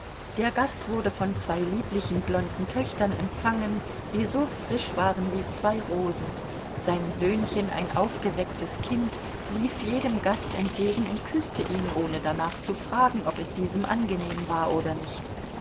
der gast wurde von zwei lieblichen blonden töchtern empfangen die so frisch waren wie zwei rosen sein söhnchen ein aufgewecktes kind lief jedem gast entgegen und küßte ihn ohne danach zu fragen ob es diesem angenehm war oder nicht